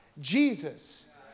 Jesus